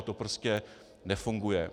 To prostě nefunguje.